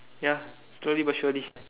ya slowly but surely